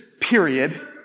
period